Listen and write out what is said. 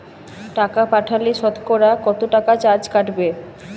টাকা পাঠালে সতকরা কত টাকা চার্জ কাটবে?